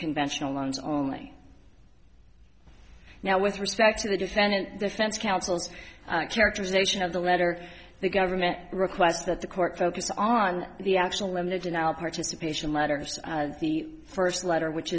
conventional loans only now with respect to the defendant defense counsel's characterization of the letter the government requests that the court focus on the actual limit in our participation matters the first letter which